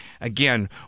Again